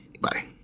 bye